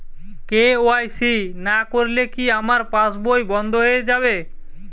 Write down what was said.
KYC না করলে কি আমার পাশ বই বন্ধ হয়ে যাবে?